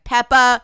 Peppa